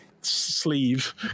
sleeve